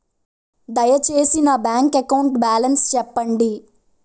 దయచేసి నా bank account balance చెప్పండి